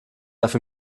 darf